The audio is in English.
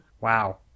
Wow